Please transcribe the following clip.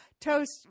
toast